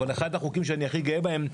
אבל אחד החוקים שאני הכי גאה בהם,